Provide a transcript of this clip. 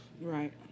right